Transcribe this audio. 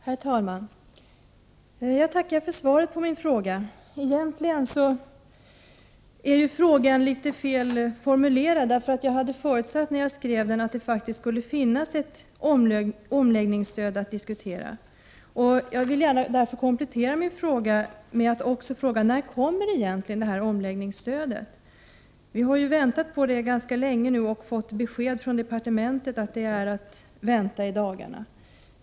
Herr talman! Jag tackar för svaret på min fråga. Egentligen är frågan litet felaktigt formulerad. När jag skrev den förutsatte jag att det faktiskt skulle finnas ett omläggningsstöd att diskutera. Jag vill därför komplettera min fråga: När kommer egentligen det här omläggningsstödet? Vi har nu väntat på det ganska länge och fått besked från departementet att det skall komma i dagarna.